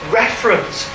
reference